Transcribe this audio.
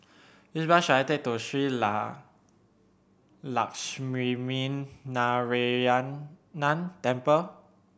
which bus should I take to Shree Lakshminarayanan Temple